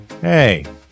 Hey